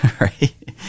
right